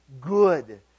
good